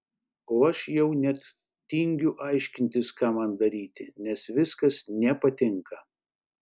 o aš jau net tingiu aiškintis ką man daryti nes viskas nepatinka